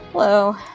Hello